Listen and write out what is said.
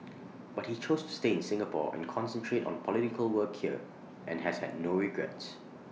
but he chose to stay in Singapore and concentrate on political work here and has had no regrets